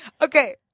Okay